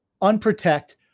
unprotect